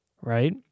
right